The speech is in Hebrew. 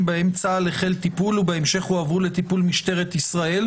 בהם צה"ל החל טיפול ובהמשך הועברו לטיפול משטרת ישראל,